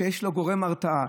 שיש לו גורם הרתעה,